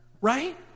Right